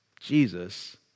Jesus